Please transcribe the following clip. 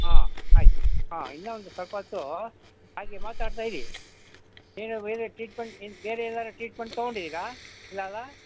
ಹಾಂ ಆಯ್ತು ಹಾಂ ಇನ್ನು ಒಂದು ಸ್ವಲ್ಪ ಹೊತ್ತೂ ಹಾಗೆ ಮಾತಾಡ್ತಾ ಇರಿ ಬೇರೆ ಬೇರೆ ಟ್ರೀಟ್ಮೆಂಟ್ ಇನ್ನು ಬೇರೆ ಏನಾರು ಟ್ರೀಟ್ಮೆಂಟ್ ತೊಗೊಂಡಿದೀರ ಇಲ್ಲ ಅಲ್ಲ